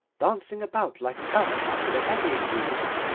dancing about like an elf after the eddying leaves,